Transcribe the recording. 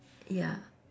ya